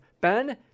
Ben